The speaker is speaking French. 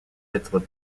être